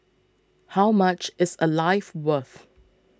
how much is a life worth